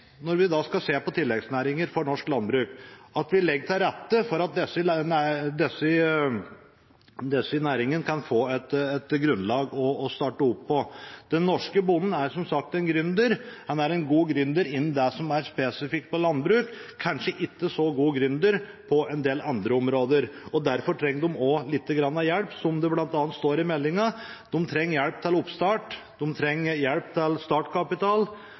når vi skal se på tilleggsnæringer for norsk landbruk, at vi legger til rette for at disse næringene kan få et grunnlag å starte opp på. Den norske bonden er som sagt en gründer. Han er en god gründer innen det som er spesifikt for landbruk, men kanskje ikke en så god gründer innenfor en del andre områder. Derfor trenger de også litt hjelp, som det bl.a. står i meldingen. De trenger hjelp til oppstart, de trenger hjelp til startkapital